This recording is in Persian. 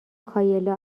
کایلا